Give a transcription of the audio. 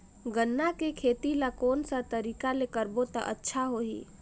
गन्ना के खेती ला कोन सा तरीका ले करबो त अच्छा होही?